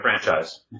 franchise